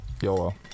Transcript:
YOLO